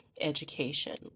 education